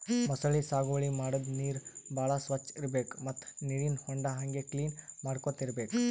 ಮೊಸಳಿ ಸಾಗುವಳಿ ಮಾಡದ್ದ್ ನೀರ್ ಭಾಳ್ ಸ್ವಚ್ಚ್ ಇರ್ಬೆಕ್ ಮತ್ತ್ ನೀರಿನ್ ಹೊಂಡಾ ಹಂಗೆ ಕ್ಲೀನ್ ಮಾಡ್ಕೊತ್ ಇರ್ಬೆಕ್